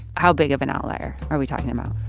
how big of an outlier are we talking about?